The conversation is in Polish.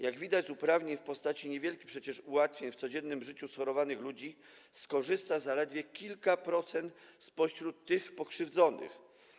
Jak widać, z uprawnień w postaci niewielkich przecież ułatwień w codziennym życiu schorowanych ludzi skorzysta zaledwie kilka procent pokrzywdzonych.